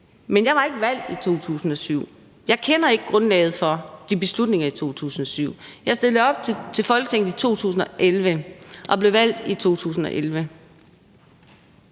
men jeg var ikke valgt i 2007. Jeg kender ikke grundlag for de beslutninger, der blev taget i 2007. Jeg stillede op til Folketinget i 2011 og blev valgt i 2011.